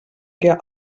què